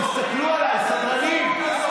תסכלו עליי, סדרנים.